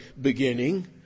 beginning